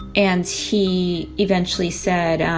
and he eventually said, um,